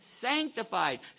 sanctified